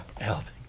Healthy